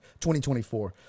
2024